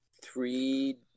three